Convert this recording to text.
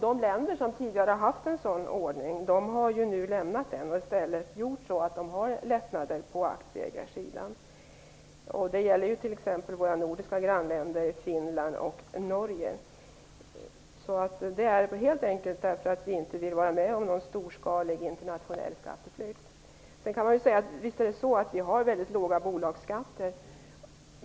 De länder som tidigare haft en sådan ordning, t.ex. Finland och Norge har övergett den. De har nu i stället lättnader för aktieägarna. Orsaken är alltså att vi inte vill vara med om någon storskalig, internationell skatteflykt. Visst har vi i Sverige mycket låga bolagsskatter.